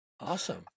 Awesome